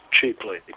cheaply